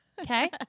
Okay